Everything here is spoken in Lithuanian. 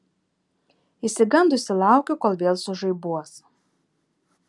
išsigandusi laukiu kol vėl sužaibuos